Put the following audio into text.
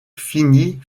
finit